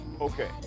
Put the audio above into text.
Okay